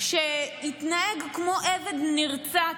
שהתנהג כמו עבד נרצע,